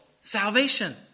salvation